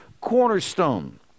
cornerstone